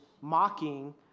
mocking